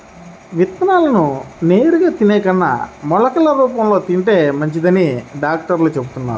విత్తనాలను నేరుగా తినే కన్నా మొలకలు రూపంలో తింటే మంచిదని డాక్టర్లు చెబుతున్నారు